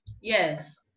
Yes